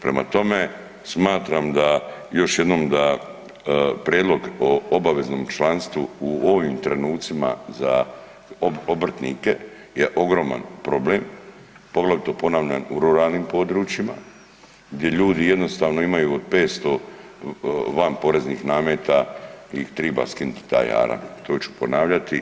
Prema tome, smatram još jednom da prijedlog o obaveznom članstvu u ovim trenucima za obrtnike je ogroman problem, poglavito ponavljam u ruralnim područjima gdje ljudi jednostavno imaju od 500 van poreznih nameta im triba skinut taj jaram, to ću ponavljati.